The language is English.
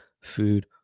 Food